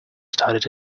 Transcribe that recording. started